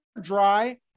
dry